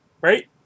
Right